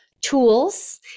tools